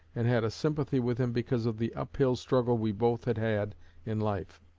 and had a sympathy with him because of the up-hill struggle we both had had in life.